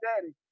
daddy